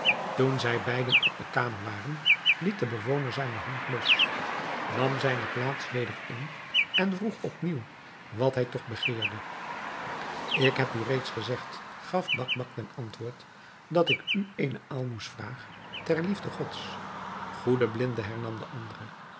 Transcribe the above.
toen zij beiden op de kamer waren liet de bewoner zijne hand los nam zijne plaats weder in en vroeg opnieuw wat hij toch begeerde ik heb u reeds gezegd gaf bakbac ten antwoord dat ik u eene aalmoes vraag ter liefde gods goede blinde hernam de andere